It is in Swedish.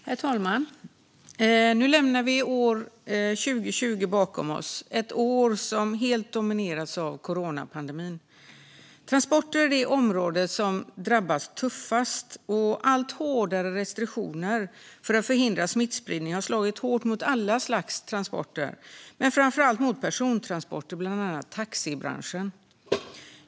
Herr talman! Nu lämnar vi år 2020 bakom oss - ett år som helt har dominerats av coronapandemin. Transporter är det område som drabbats tuffast. Allt hårdare restriktioner för att förhindra smittspridning har slagit hårt mot alla slags transporter men framför allt mot persontransporter, bland annat taxibranschen.